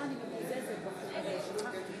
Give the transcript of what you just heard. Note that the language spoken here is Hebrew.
אני מקוזזת בחוק הזה.